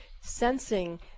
sensing